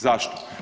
Zašto?